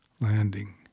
landing